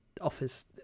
office